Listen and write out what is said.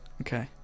okay